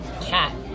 cat